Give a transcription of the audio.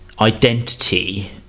identity